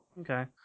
Okay